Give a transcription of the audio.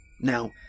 now